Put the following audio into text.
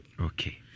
Okay